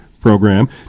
program